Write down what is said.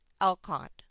Alcott